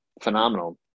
phenomenal